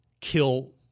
kill